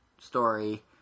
story